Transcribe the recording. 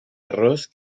arroz